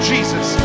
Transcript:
Jesus